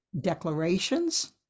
declarations